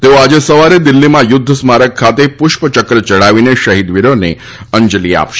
તેઓ આજે સવારે દિલ્હીમાં યુધ્ધ સ્મારક ખાતે પુષ્પચક્ર ચઢાવીને શહિદવીરોને અંજલી આપશે